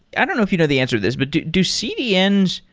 i don't know if you know the answer to this, but do cdns,